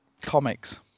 comics